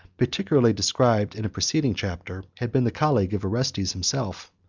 particularly described in a preceding chapter, had been the colleague of orestes himself.